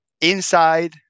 inside